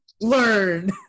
learn